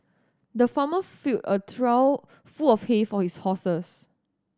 the farmer filled a trough full of hay for his horses